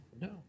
No